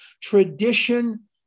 Tradition